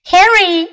Harry